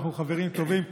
אנחנו חברים טובים.